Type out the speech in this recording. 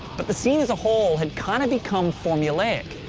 but the scene as a whole has kind of become formulaic,